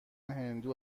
هندو